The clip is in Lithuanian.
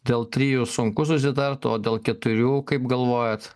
dėl trijų sunku susitart o dėl keturių kaip galvojat